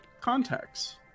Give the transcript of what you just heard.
contacts